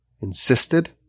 insisted